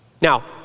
Now